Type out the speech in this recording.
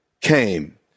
came